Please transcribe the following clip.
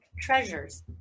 treasures